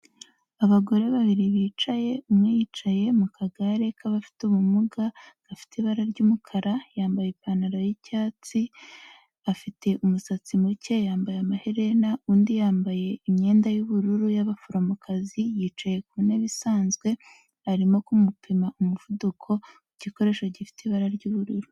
Ubagore babiri bicaye, umwe yicaye mu kagare k'abafite ubumuga gafite ibara ry'umukara, yambaye ipantaro y'icyatsi, afite umusatsi muke, yambaye amaherena, undi yambaye imyenda y'ubururu y'abaforomokazi, yicaye ku ntebe isanzwe, arimo kumupima umuvuduko n'igikoresho gifite ibara ry'ubururu.